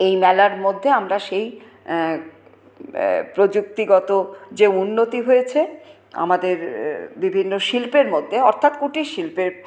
এই মেলার মধ্যে আমরা সেই প্রযুক্তিগত যে উন্নতি হয়েছে আমাদের বিভিন্ন শিল্পের মধ্যে অর্থাৎ কুটিরশিল্পের